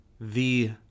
The